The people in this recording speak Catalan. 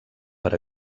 per